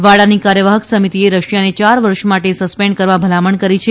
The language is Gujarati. વાડાની કાર્યવાહક સમિતિએ રશિયાને ચાર વર્ષ માટે સસ્પેન્ડ કરવા ભલામણ કરી છે